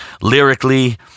Lyrically